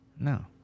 No